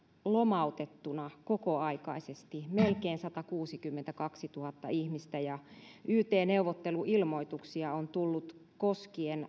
lomautettuna kokoaikaisesti melkein satakuusikymmentäkaksituhatta ihmistä ja yt neuvotteluilmoituksia on tullut koskien